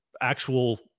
actual